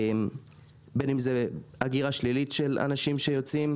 בין אם זו הגירה שלילית של אנשים שיוצאים